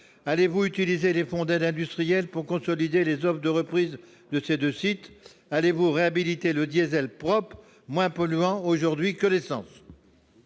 Allez-vous utiliser les fonds d'aide industrielle pour consolider les offres de reprise de ces deux sites ? Allez-vous réhabiliter le diesel « propre », moins polluant aujourd'hui que l'essence ?